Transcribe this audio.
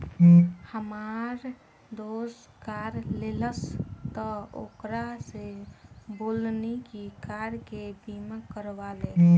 हामार दोस्त कार लेहलस त ओकरा से बोलनी की कार के बीमा करवा ले